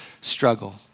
struggle